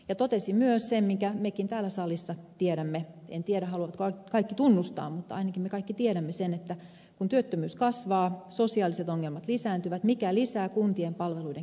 hän totesi myös sen minkä mekin täällä salissa tiedämme en tiedä haluavatko kaikki tunnustaa mutta ainakin me kaikki tiedämme sen että kun työttömyys kasvaa sosiaaliset ongelmat lisääntyvät mikä lisää kuntien palveluiden käyttöä